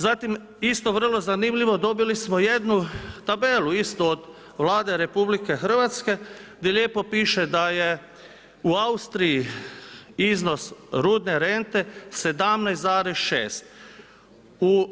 Zatim isto vrlo zanimljivo dobili smo jednu tabelu isto od Vlade RH gdje lijepo piše da je u Austriji iznos rudne rente 17,6.